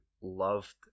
loved